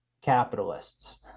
capitalists